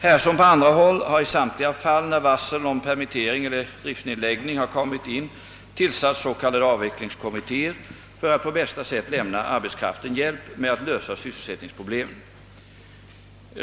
Här som på andra håll har i samtliga fall när varsel om permittering eller driftsnedläggning har kommit in tillsatts s.k. avvecklingskommittéer för att på bästa sätt lämna arbetskraften hjälp med att lösa sysselsättningsproblemen.